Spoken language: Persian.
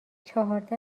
چهارده